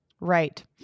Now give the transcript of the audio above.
Right